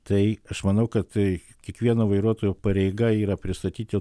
tai aš manau kad tai kiekvieno vairuotojo pareiga yra pristatyti